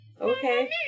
Okay